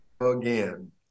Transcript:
again